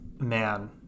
Man